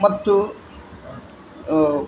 ಮತ್ತು